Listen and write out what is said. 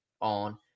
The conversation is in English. on